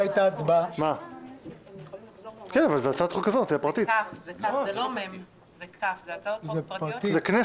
זה הצעות חוק פרטיות שהפכו